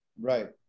Right